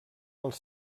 els